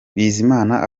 bizimana